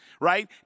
right